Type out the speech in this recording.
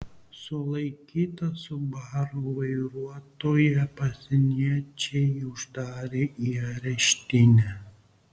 sulaikytą subaru vairuotoją pasieniečiai uždarė į areštinę